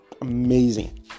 amazing